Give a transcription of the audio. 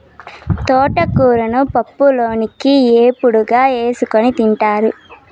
తోటకూరను పప్పులోకి, ఏపుడుగా చేసుకోని తింటారు